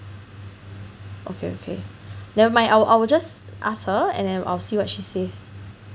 okay okay never mind I'll I'll just ask her and then I'll see what she says